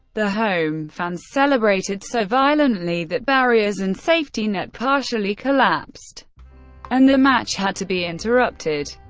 the home fans celebrated so violently that barriers and safety net partially collapsed and the match had to be interrupted.